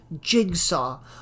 jigsaw